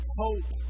hope